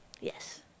Yes